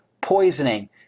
poisoning